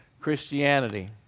Christianity